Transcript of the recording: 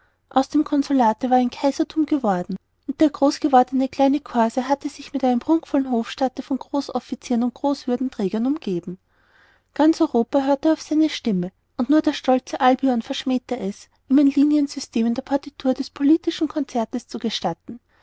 aus dem consulate war ein kaiserthum geworden und der groß gewordene kleine corse hatte sich mit einem prunkvollen hofstaate von großoffizieren und großwürdenträgern umgeben ganz europa hörte auf seine stimme und nur das stolze albion verschmähte es ihm ein liniensystem in der partitur des politischen concertes zu gestatten